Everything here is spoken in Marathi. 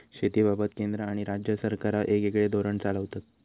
शेतीबाबत केंद्र आणि राज्य सरकारा येगयेगळे धोरण चालवतत